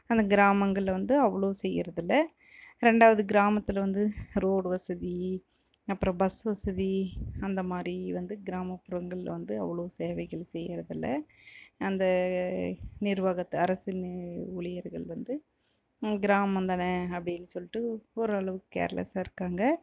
அந்த கிராமங்களில் வந்து அவ்வளோ செய்கிறது இல்லை ரெண்டாவது கிராமத்தில் வந்து ரோடு வசதி அப்புறம் பஸ்ஸு வசதி அந்த மாதிரி வந்து கிராமப்புறங்களில் வந்து அவ்வளோ சேவைகள் செய்கிறது இல்லை அந்த நிர்வாகத்தை அரசு ஊழியர்கள் வந்து கிராமம் தானே அப்படினு சொல்லிட்டு ஒரு அளவுக்கு கேர்லெஸ்ஸாக இருக்காங்க